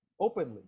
openly